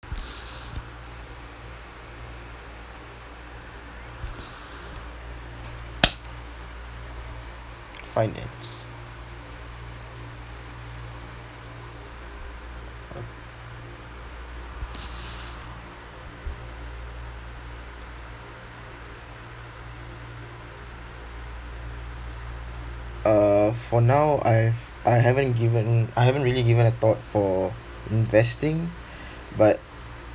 finance uh for now I've I haven't given I haven't really given a thought for investing but